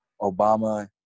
Obama